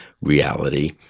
reality